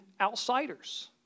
outsiders